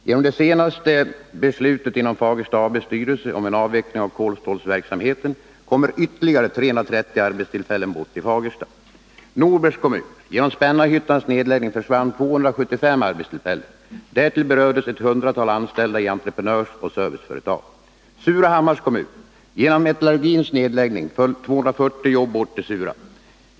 Genom det senaste beslutet inom Fagersta AB:s styrelse om en avveckling av kolstålsverksamheten faller ytterligare 330 arbetstillfällen bort i Fagersta. Surahammars kommun: genom metallurgins nedläggning föll 240 jobb bort i Surahammar.